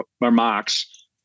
remarks